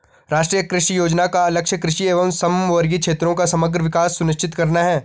राष्ट्रीय कृषि योजना का लक्ष्य कृषि एवं समवर्गी क्षेत्रों का समग्र विकास सुनिश्चित करना है